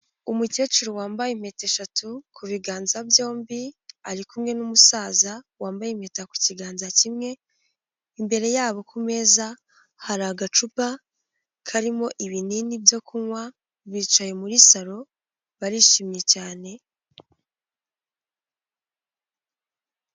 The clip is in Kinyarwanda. Umukecuru wambaye impeta eshatu ku biganza byombi, ari kumwe n'umusaza wambaye impeta ku kiganza kimwe, imbere yabo ku meza hari agacupa karimo ibinini byo kunywa, bicaye muri saro barishimye cyane.